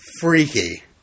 freaky